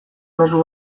mezu